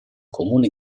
comune